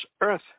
earth